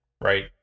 right